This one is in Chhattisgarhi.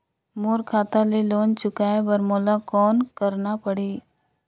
मोर खाता ले लोन चुकाय बर मोला कौन करना पड़ही?